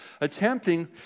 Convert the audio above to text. attempting